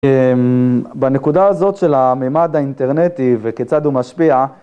בנקודה הזאת של הממד האינטרנטי וכיצד הוא משפיע